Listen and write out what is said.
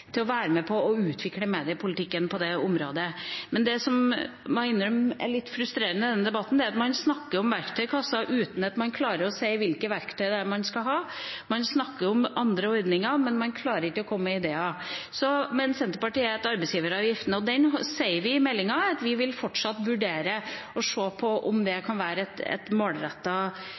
til å være med og utvikle mediepolitikken på det området. Men det jeg må innrømme er litt frustrerende med denne debatten, er at man snakker om verktøykasse uten at man klarer å si hvilke verktøy det er man skal ha. Man snakker om andre ordninger, men man klarer ikke å komme med ideer. Så nevnte Senterpartiet tidsavgrenset fritak for arbeidsgiveravgiften. Om den sier vi i meldingen at vi fortsatt vil vurdere å se på om det kan være et